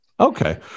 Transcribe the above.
Okay